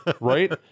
Right